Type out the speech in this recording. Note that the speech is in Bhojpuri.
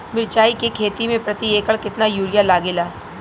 मिरचाई के खेती मे प्रति एकड़ केतना यूरिया लागे ला?